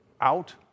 out